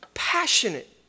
Passionate